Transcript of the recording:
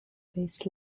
based